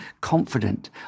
confident